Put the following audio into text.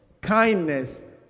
kindness